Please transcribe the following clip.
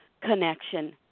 connection